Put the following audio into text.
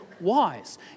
wise